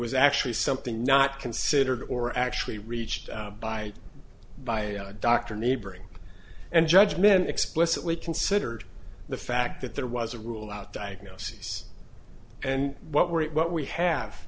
was actually something not considered or actually reached by by dr neighboring and judge men explicitly considered the fact that there was a rule out diagnoses and what we're what we have